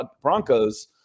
Broncos